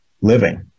living